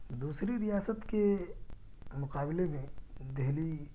دوسری ریاست کے مقابلے میں دہلی